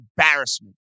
embarrassment